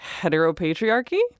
heteropatriarchy